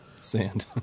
Sand